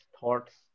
thoughts